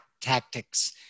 tactics